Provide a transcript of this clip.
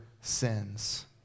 sins